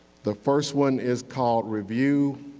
the first one is called review.